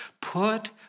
Put